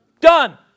Done